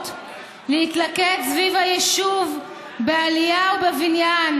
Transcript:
להתלכד סביב היישוב בעלייה ובבניין,